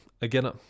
again